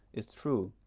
is true,